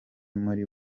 muri